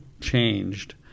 changed